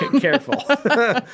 Careful